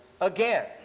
again